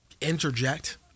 Interject